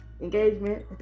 engagement